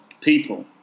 people